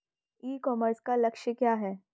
ई commerce का लक्ष्य क्या है?